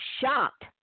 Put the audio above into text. shocked